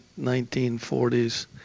1940s